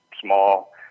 small